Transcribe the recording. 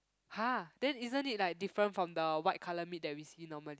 !huh! then isn't it like different from the white colour meat that we see normally